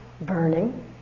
burning